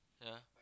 yeah